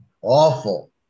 awful